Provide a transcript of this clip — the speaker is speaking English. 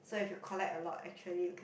so if you collect a lot actually